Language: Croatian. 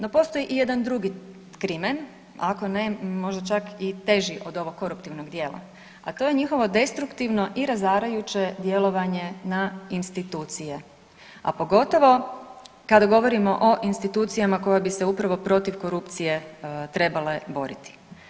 No, postoji i jedan drugi krimen, ako ne možda čak i teži od ovog koruptivnog dijela, a to je njihovo destruktivno i razarajuće djelovanje na institucije, a pogotovo kada govorimo o institucijama koje bi se upravo protiv korupcije trebale boriti.